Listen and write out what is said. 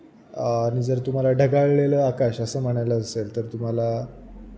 आणि जर तुम्हाला ढगाळलेलं आकाश असं म्हणायला असेल तर तुम्हाला